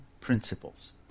principles